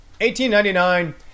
1899